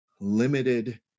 limited